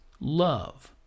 love